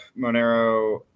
Monero